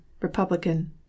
Republican